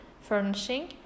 furnishing